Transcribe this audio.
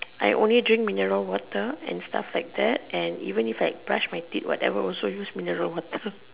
I only drink mineral water and stuff like that and even if I brush my teeth and stuff like that whatever also use mineral water